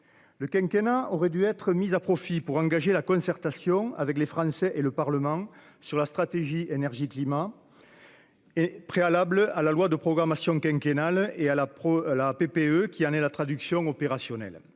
Le quinquennat aurait dû être mis à profit pour engager la concertation avec les Français et le Parlement sur la stratégie sur l'énergie et le climat, préalable à la loi de programmation quinquennale et à la PPE qui en est la traduction opérationnelle.